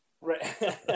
Right